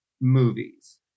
movies